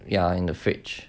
ya in the fridge